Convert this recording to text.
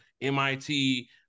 MIT